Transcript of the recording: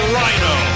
Rhino